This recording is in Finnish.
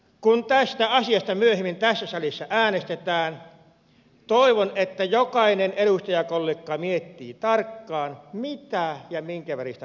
kun tästä asiasta myöhemmin tässä salissa äänestetään toivon että jokainen edustajakollega miettii tarkkaan mitä ja minkä väristä nappulaa painaa